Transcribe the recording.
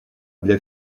для